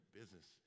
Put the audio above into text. business